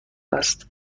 است